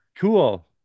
Cool